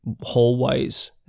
hallways